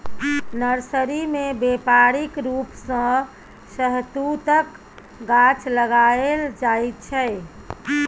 nursery मे बेपारिक रुप सँ शहतुतक गाछ लगाएल जाइ छै